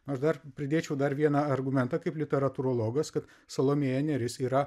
aš dar pridėčiau dar vieną argumentą kaip literatūrologas kad salomėja nėris yra